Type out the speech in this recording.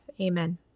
Amen